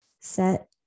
Set